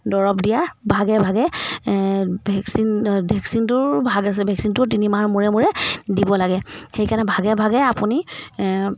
দৰৱ দিয়াৰ ভাগে ভাগে ভেকচিন ভেকচিনটোৰ ভাগ আছে ভেকচিনটো তিনিমাহ মূৰে মূৰে দিব লাগে সেইকাৰণে ভাগে ভাগে আপুনি